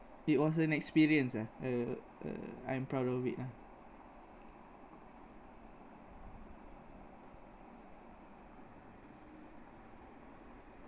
it was an experience ah uh uh I'm proud of it lah